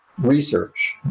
research